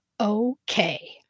okay